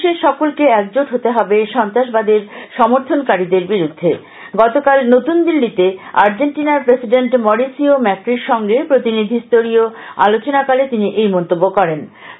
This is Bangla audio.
বিশ্বের সকলকে একজোট হতে হবে সন্ত্রাসবাদের সমর্থনকারীদের বিরুদ্ধে গতকাল নতুন দিল্লিতে আর্জেন্টিনার প্রেসিডেন্ট মরিসিও ম্যাক্রির সঙ্গে প্রতিনিধি স্তরীয় আলোচনাকালে তিনি এই মন্তব্য করেন